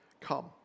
come